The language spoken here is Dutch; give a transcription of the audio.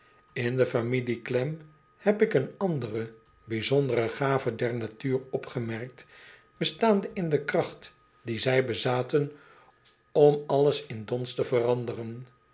in de familie klem heb ik een andere bijzondere gave der natuur opgemerkt bestaande in de kracht die zij bezaten om alles in dons te veranderen